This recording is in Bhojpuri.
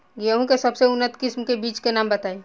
गेहूं के सबसे उन्नत किस्म के बिज के नाम बताई?